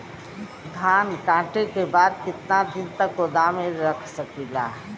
धान कांटेके बाद कितना दिन तक गोदाम में रख सकीला?